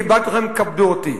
כיבדתי אתכם, כבדו אותי.